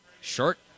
short